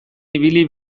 ibili